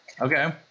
Okay